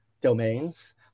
domains